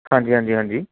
ਹਾਂਜੀ ਹਾਂਜੀ ਹਾਂਜੀ